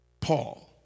Paul